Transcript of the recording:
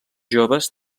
joves